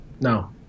No